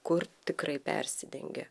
kur tikrai persidengia